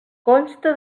consta